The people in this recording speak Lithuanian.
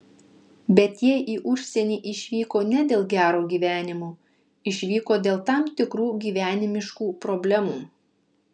bet jie į užsienį išvyko ne dėl gero gyvenimo išvyko dėl tam tikrų gyvenimiškų problemų